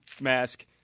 mask